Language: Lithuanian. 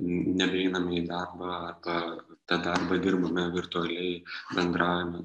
nebeiname į darbą tą tą darbą dirbame virtualiai bendraujame